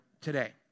today